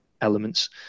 elements